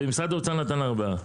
ומשרד האוצר נתן ארבעה.